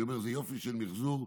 אני אומר: זה יופי של מחזור,